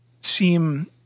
seem